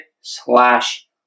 slash